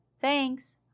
Thanks